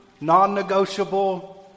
non-negotiable